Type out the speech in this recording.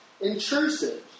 intrusive